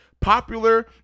popular